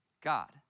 God